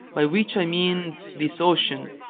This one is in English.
by which i mean this ocean,